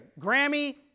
Grammy